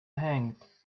hanged